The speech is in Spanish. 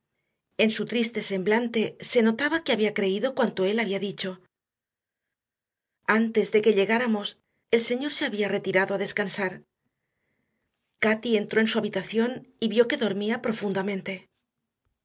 en su triste semblante se notaba que había creído cuanto él había dicho antes de que llegáramos el señor se había retirado a descansar cati entró en su habitación y vio que dormía profundamente